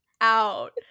out